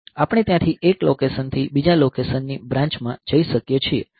આપણે ત્યાંથી એક લોકેશન થી બીજા લોકેશનની બ્રાન્ચ માં જઈ શકીએ છીએ